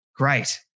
great